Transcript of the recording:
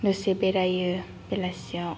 दसे बेरायो बेलासियाव